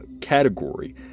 category